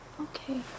Okay